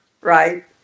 Right